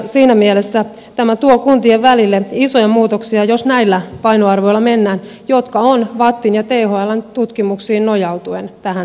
siinä mielessä tämä tuo kuntien välille isoja muutoksia jos näillä painoarvoilla mennään jotka on vattin ja thln tutkimuksiin nojautuen tähän rakennettu